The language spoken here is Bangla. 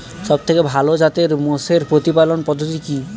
সবথেকে ভালো জাতের মোষের প্রতিপালন পদ্ধতি কি?